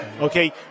Okay